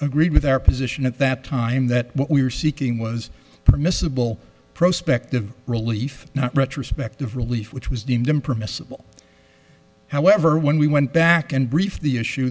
agreed with our position at that time that what we are seeking was permissible prospect of relief not retrospective relief which was deemed him permissible however when we went back and brief the issue